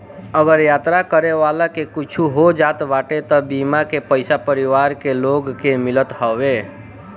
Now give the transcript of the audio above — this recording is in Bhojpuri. अगर यात्रा करे वाला के कुछु हो जात बाटे तअ बीमा के पईसा परिवार के लोग के मिलत हवे